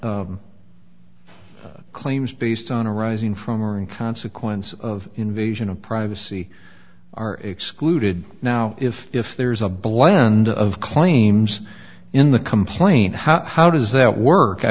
claims based on arising from or in consequence of invasion of privacy are excluded now if if there's a blend of claims in the complaint how how does that work i